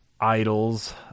idols